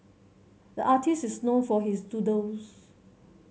the artist is known for his doodles